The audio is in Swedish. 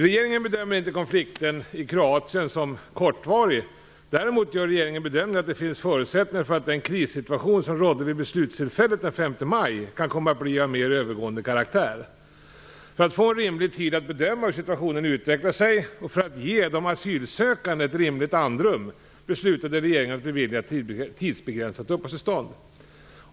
Regeringen bedömer inte konflikten i Kroatien som kortvarig. Däremot gör regeringen bedömningen att det finns förutsättningar för att den krissituation som rådde vid beslutstillfället den 5 maj kan komma att bli av en mer övergående karaktär. För att få en rimlig tid att bedöma hur situationen utvecklar sig och för att ge de asylsökande ett rimligt andrum beslutade regeringen att bevilja ett tidsbegränsat uppehållstillstånd.